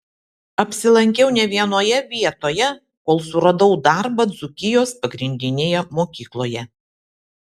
apsilankiau ne vienoje vietoje kol suradau darbą dzūkijos pagrindinėje mokykloje